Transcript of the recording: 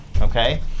okay